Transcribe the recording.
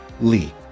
Lee